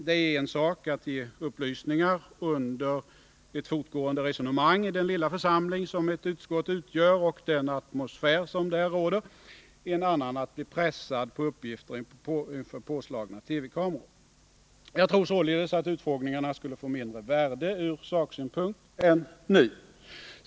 Det är en sak att ge upplysningar under ett fortgående resonemang i den lilla församling som ett utskott utgör och i den atmosfär som där råder men en annan sak att bli pressad på uppgifter inför påslagna TV-kameror. Jag tror således att utfrågningarna skulle få mindre värde ur saksynpunkt än nu.